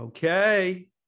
Okay